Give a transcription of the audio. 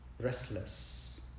restless